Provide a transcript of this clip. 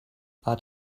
add